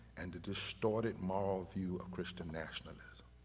and the distorted moral view of christian nationalism.